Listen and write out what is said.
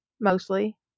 Mostly